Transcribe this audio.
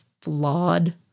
flawed